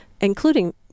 including